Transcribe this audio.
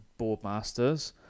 Boardmasters